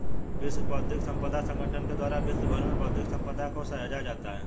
विश्व बौद्धिक संपदा संगठन के द्वारा विश्व भर में बौद्धिक सम्पदा को सहेजा जाता है